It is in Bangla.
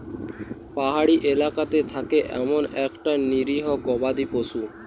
পাহাড়ি এলাকাতে থাকে এমন একটা নিরীহ গবাদি পশু